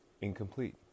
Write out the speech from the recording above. incomplete